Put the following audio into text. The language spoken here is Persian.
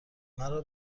مرا